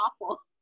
awful